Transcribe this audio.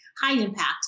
high-impact